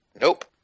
Nope